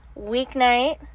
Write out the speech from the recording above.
weeknight